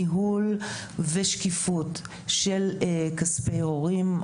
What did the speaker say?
ניהול ושקיפות של כספי הורים.